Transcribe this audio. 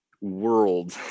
world